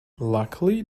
luckily